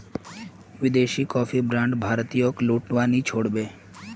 विदेशी coffee brands भारतीयेक लूटवा नी छोड़ बे